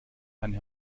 eine